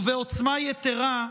ובעוצמה יתרה,